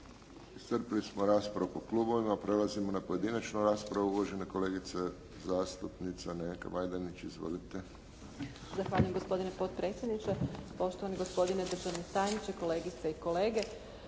Iscrpili smo raspravu po klubovima. Prelazimo na pojedinačnu raspravu. Uvažena kolegica, zastupnica Nevenka Majdenić. Izvolite. **Majdenić, Nevenka (HDZ)** Zahvaljujem, gospodine potpredsjedniče. Poštovani gospodine državni tajniče, kolegice i kolege.